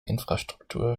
infrastruktur